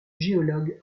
géologue